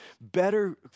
better